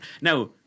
Now